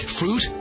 fruit